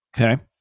Okay